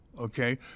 okay